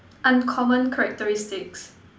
uncommon characteristics